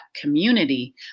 community